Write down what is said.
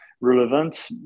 relevant